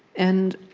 and